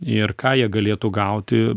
ir ką jie galėtų gauti